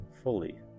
fully